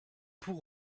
pour